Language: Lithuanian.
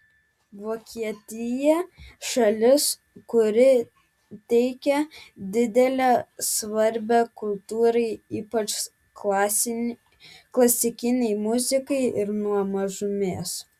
vokietija šalis kuri teikia didelę svarbą kultūrai ypač klasikinei muzikai ir nuo mažumės